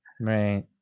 right